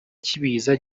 cy’ibiza